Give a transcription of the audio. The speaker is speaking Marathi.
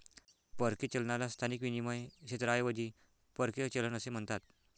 परकीय चलनाला स्थानिक विनिमय क्षेत्राऐवजी परकीय चलन असे म्हणतात